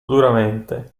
duramente